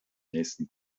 nächsten